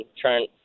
trying